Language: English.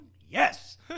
Yes